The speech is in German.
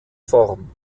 form